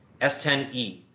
S10e